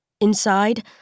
Inside